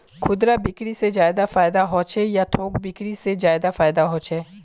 खुदरा बिक्री से ज्यादा फायदा होचे या थोक बिक्री से ज्यादा फायदा छे?